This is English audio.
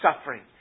suffering